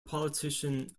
politician